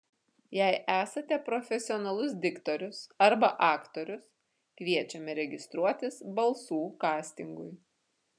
jei esate profesionalus diktorius arba aktorius kviečiame registruotis balsų kastingui